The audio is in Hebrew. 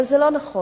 אבל זה לא נכון.